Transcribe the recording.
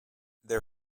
their